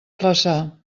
flaçà